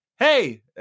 Hey